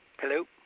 Hello